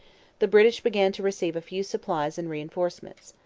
the british began to receive a few supplies and reinforcements.